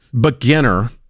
beginner